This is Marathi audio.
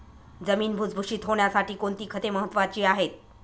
जमीन भुसभुशीत होण्यासाठी कोणती खते महत्वाची आहेत?